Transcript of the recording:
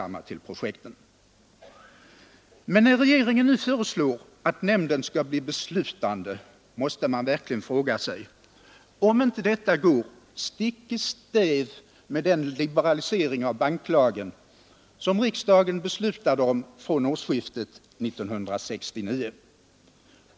Men när regeringen nu föreslår att nämnden skall bli beslutande måste man verkligen fråga sig, om inte detta går stick i stäv mot den liberalisering av banklagen som riksdagen beslutade om från årsskiftet 1969.